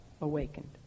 awakened